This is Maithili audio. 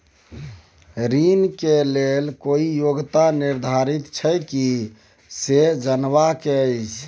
ऋण के लेल कोई योग्यता निर्धारित छै की से जनबा के छै?